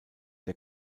der